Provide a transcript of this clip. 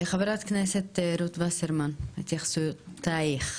ח"כ רות וסרמן, התייחסויותייך.